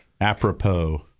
Apropos